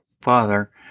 Father